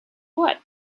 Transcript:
what